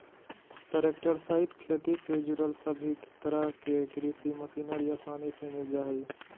tractor सहित खेती से जुड़ल सभे तरह के कृषि मशीनरी आसानी से मिल जा हइ